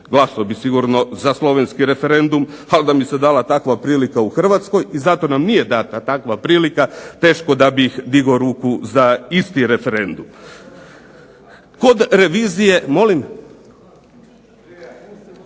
glasovao bi sigurno za slovenski referendum, ali da mi se dala takva prilika u Hrvatskoj, i zato nam nije dana takva prilika, teško da bih digao ruku za isti referendum. Kod revizije …